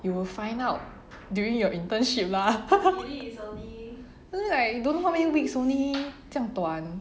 you will find out during your internship lah is like don't know how many weeks only 这样短